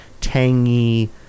tangy